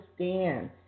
understand